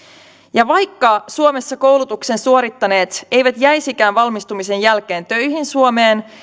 ja vaikka suomessa koulutuksen suorittaneet eivät jäisikään valmistumisen jälkeen töihin suomeen